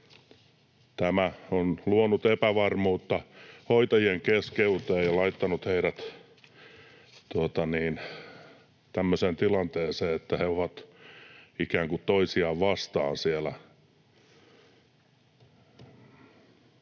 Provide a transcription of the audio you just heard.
Tämä on luonut epävarmuutta hoitajien keskuuteen ja laittanut heidät tilanteeseen, että he ovat ikään kuin toisiaan vastaan siellä.